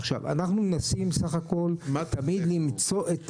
עכשיו אנחנו מנסים בסך הכל למצוא את